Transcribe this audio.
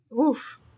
oof